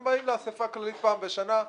הם באים לאסיפה הכללית פעם בשנה.